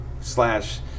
slash